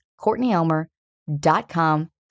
CourtneyElmer.com